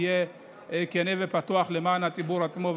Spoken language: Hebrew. אני אהיה כן ופתוח למען הציבור עצמו.